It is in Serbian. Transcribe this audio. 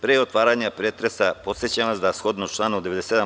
Pre otvaranja pretresa, podsećam vas da shodno članu 97.